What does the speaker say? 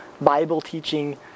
Bible-teaching